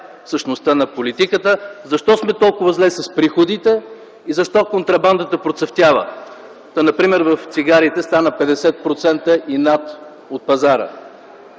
същността на политиката, защо сме толкова зле с приходите и защо контрабандата процъфтява? Там например в цигарите стана 50 и над 50% от пазара.